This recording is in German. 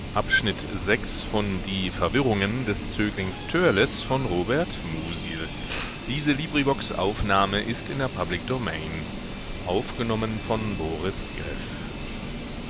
die verwirrungen des